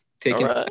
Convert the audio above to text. Taking